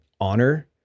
honor